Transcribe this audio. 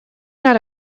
not